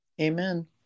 Amen